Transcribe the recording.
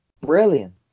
brilliant